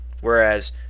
whereas